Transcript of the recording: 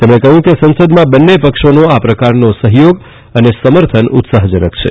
તેમણે કહ્યું કે સંસદમાં બંને પક્ષોનો આ પ્રકારનો સહયોગ અને સમર્થન ઉત્સાહજનક છે